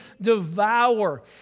devour